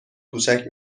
کوچک